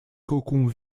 cocons